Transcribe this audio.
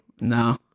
No